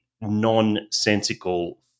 nonsensical